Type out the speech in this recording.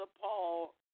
Paul